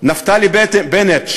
נפתלי בנט,